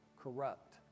corrupt